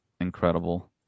incredible